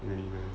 really meh